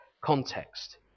context